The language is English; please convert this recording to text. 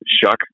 shuck